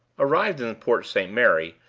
arrived in port st. mary,